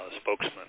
spokesman